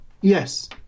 Yes